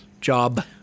Job